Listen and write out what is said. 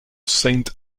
saint